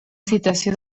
citació